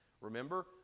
remember